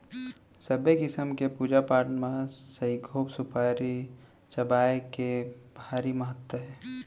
सबे किसम के पूजा पाठ म सइघो सुपारी चघाए के भारी महत्ता हे